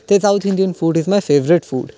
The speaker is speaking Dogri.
ते south Indian food is my favourite food